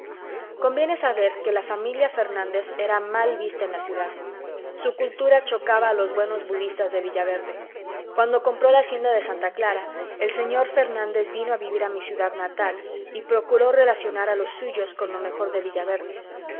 conviene saber que la familia fernández era mal vista en la ciudad su cultura chocaba a los buenos budistas de villaverde cuando compró la hacienda de santa clara el señor fernández vino a vivir a mi ciudad natal y procuró relacionar a los suyos con lo mejor de villaverde